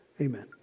Amen